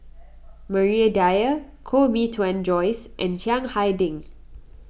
Maria Dyer Koh Bee Tuan Joyce and Chiang Hai Ding